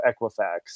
equifax